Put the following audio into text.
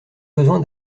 besoin